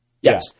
Yes